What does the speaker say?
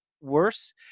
worse